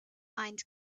find